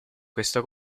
questo